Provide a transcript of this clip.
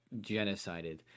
genocided